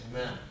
Amen